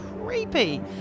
creepy